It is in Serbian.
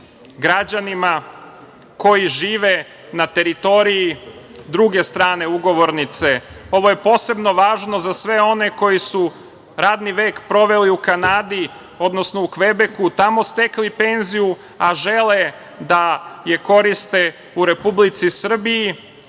građanima koji žive na teritoriji druge strane ugovornice. Ovo je posebno važno za sve one koji su radni vek proveli u Kanadi, odnosno u Kvebeku, tamo stekli penziju, a žele da je koriste u Republici Srbiji.